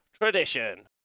tradition